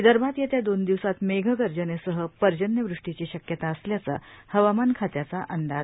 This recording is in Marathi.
विदर्भात येत्या दोन दिवसात मेघ गर्जनेसह पर्जन्यवृष्टीची शक्यता असल्याचा हवामान खात्याचा अंदाज